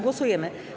Głosujemy.